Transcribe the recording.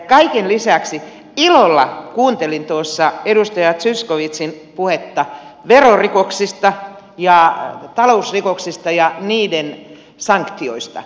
kaiken lisäksi ilolla kuuntelin tuossa edustaja zyskowiczin puhetta verorikoksista ja talousrikoksista ja niiden sanktioista